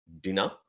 dinner